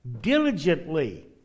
diligently